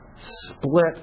split